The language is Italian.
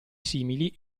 simili